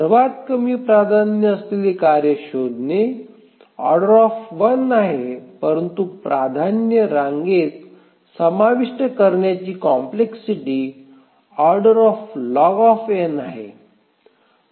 सर्वात कमी प्राधान्य असलेले कार्य शोधणे हे Oआहे परंतु प्राधान्य रांगेत समाविष्ट करण्याची कॉम्प्लेक्सिटी O आहे